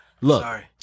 Look